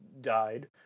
died